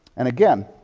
and again,